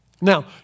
Now